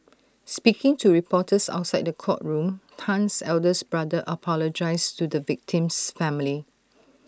speaking to reporters outside the courtroom Tan's eldest brother apologised to the victim's family